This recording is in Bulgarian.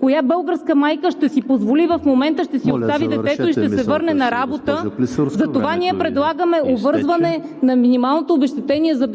Коя българска майка ще си позволи в момента да си остави детето и да се върне на работа? Затова ние предлагаме обвързване на минималното обезщетението